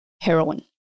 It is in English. heroin